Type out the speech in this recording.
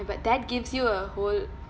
but that gives you a whole